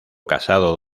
casado